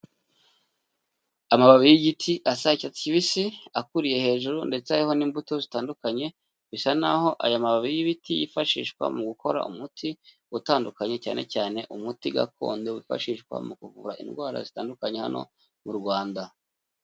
Amababi y'igiti asa icyatsi kibisi akuriye hejuru ndetse hariho n'imbuto zitandukanye bisa n'aho aya mababi y'ibiti yifashishwa mu gukora umuti utandukanye cyanecyane umuti gakondo wifashishwa mu kuvura indwara zitandukanye hano mu Rwanda.